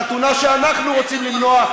חתונה שאנחנו רוצים למנוע,